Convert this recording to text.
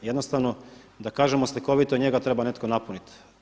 Jednostavno da kažemo slikovito njega treba netko napuniti.